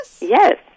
Yes